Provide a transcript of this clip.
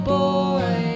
boy